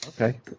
Okay